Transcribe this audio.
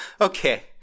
Okay